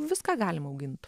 viską galim augint